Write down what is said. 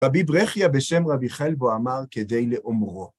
רבי ברכיה בשם רבי חלבו אמר כדי לאומרו.